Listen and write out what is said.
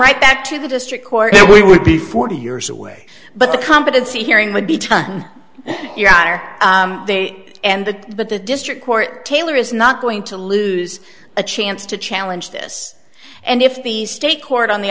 right back to the district court we would be forty years away but the competency hearing would be time and the but the district court taylor is not going to lose a chance to challenge this and if the state court on the